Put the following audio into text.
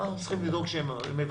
אנחנו צריכים לדאוג שהם יבצעו,